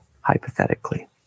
hypothetically